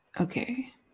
Okay